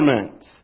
government